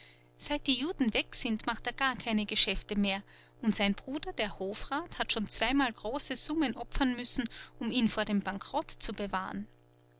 seit die juden weg sind macht er gar keine geschäfte mehr und sein bruder der hofrat hat schon zweimal große summen opfern müssen um ihn vor dem bankerott zu bewahren